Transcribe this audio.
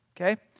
Okay